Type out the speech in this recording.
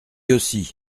aussi